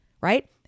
right